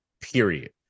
period